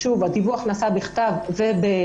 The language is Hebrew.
שוב, הדיווח נעשה טלפונית ובפקס